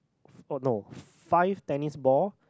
oh no five tennis ball